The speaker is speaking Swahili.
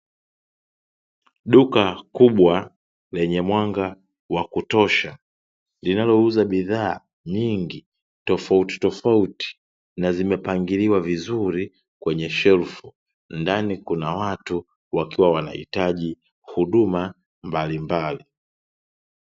Duka kubwa lenye mwanga wa kutosha, linalouza bidhaa nyingi tofautitofauti, na zimepangiliwa vizuri kwenye shelfu. Ndani kuna watu wakiwa wanahitaji huduma mbalimbali.